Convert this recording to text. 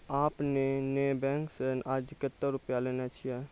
आपने ने बैंक से आजे कतो रुपिया लेने छियि?